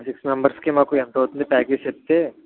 six members కి మాకు ఎంత అవుతుంది ప్యాకేజ్ చెప్తే